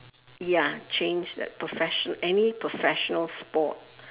ya change that professional any professional sport